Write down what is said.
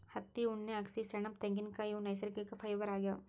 ಹತ್ತಿ ಉಣ್ಣೆ ಅಗಸಿ ಸೆಣಬ್ ತೆಂಗಿನ್ಕಾಯ್ ಇವ್ ನೈಸರ್ಗಿಕ್ ಫೈಬರ್ ಆಗ್ಯಾವ್